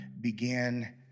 began